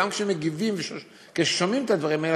גם כשמגיבים וכששומעים את הדברים האלה,